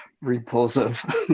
Repulsive